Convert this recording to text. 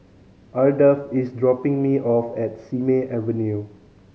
Ardath is dropping me off at Simei Avenue